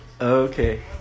Okay